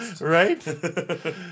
Right